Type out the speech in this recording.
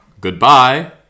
goodbye